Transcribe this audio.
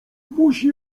musi